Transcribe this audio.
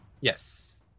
Yes